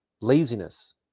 laziness